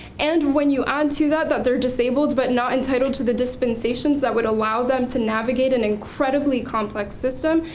and when you add to that that they're disabled but not entitled to the dispensations that would allow them to navigate an incredibly complex system.